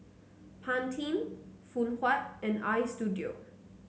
Pantene Phoon Huat and Istudio